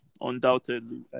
undoubtedly